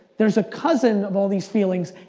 there's a cousin of all these feelings,